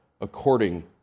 according